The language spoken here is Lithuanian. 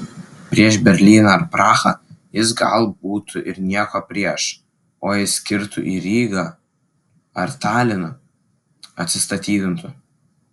prieš berlyną ar prahą jis gal būtų ir nieko prieš o jei skirtų į rygą ar taliną atsistatydintų